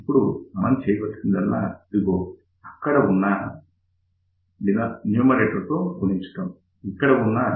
ఇప్పుడు మనం చేయవలసిందల్లా ఇదిగో దీనిని అక్కడ ఉన్న లవం తో గుణించడం